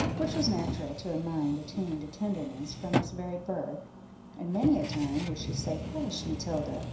which was natural to a mind attuned to tenderness from its very birth and many a time would she say hush, matilda!